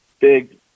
big